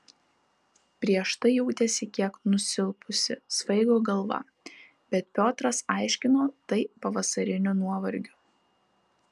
prieš tai jautėsi kiek nusilpusi svaigo galva bet piotras aiškino tai pavasariniu nuovargiu